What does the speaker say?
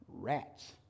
rats